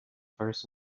first